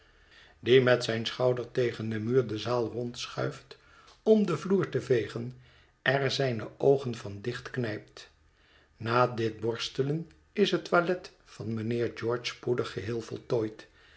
die met zijn schouder tegen den muur de zaal rondschuift om den vloer te vegen er zijne oogen van dichtknijpt na dit borstelen is het toilet van mijnheer george spoedig geheel voltooid